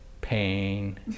pain